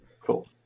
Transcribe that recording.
Cool